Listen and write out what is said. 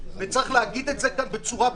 וצריך להגיד את זה כאן בצורה ברורה.